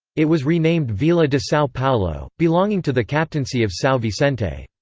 it was renamed vila de sao paulo, belonging to the captaincy of sao vicente.